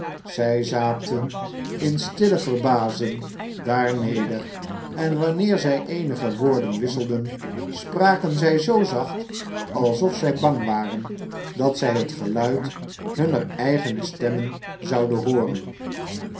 zij zaten in stille verbazing daar neder en wanneer zij eenige woorden wisselden spraken zij zoo zacht alsof zij bang waren dat zij het geluid hunner eigene stemmen zouden hooren